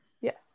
Yes